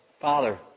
Father